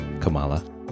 Kamala